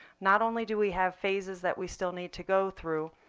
not only do we have phases that we still need to go through.